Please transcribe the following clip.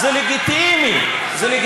אבל למה פינית את עמונה?